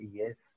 yes